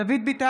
נגד דוד ביטן,